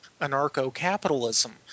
anarcho-capitalism